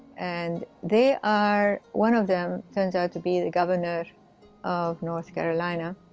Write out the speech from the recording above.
and they are one of them turns out to be the governor of north carolina.